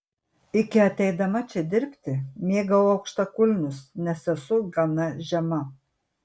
iki ateidama čia dirbti mėgau aukštakulnius nes esu gana žema